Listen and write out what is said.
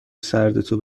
سردتو